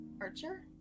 Archer